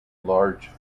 large